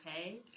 okay